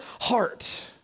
heart